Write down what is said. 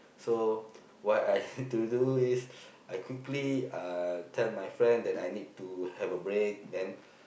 so what I had to do is I quickly uh tell my friend that I need to have a break then